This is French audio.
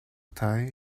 taille